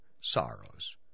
sorrows